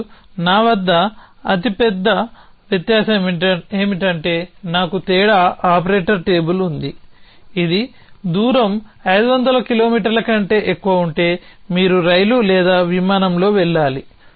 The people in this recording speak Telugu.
మరియు నా వద్ద ఉన్న అతి పెద్ద వ్యత్యాసం ఏమిటంటే నాకు తేడా ఆపరేటర్ టేబుల్ ఉంది ఇది దూరం 500 కిలోమీటర్ల కంటే ఎక్కువ ఉంటే మీరు రైలు లేదా విమానంలో వెళ్లాలి